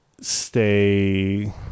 stay